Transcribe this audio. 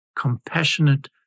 compassionate